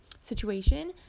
situation